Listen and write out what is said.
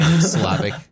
Slavic